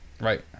Right